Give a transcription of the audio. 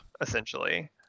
Essentially